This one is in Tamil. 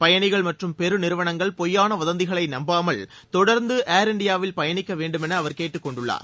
பயணிகள் மற்றும் பெரு நிறுவனங்கள் பொய்யான வதந்திகளை நம்பாமல் தொடர்ந்து ஏர் இண்டியாவில் பயணிக்க வேண்டும் என அவர் கேட்டுக்கொண்டுள்ளார்